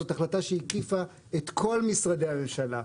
זו החלטה שהקיפה את כל משרדי הממשלה,